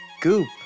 goop